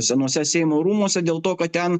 senuose seimo rūmuose dėl to kad ten